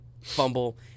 fumble